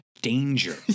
danger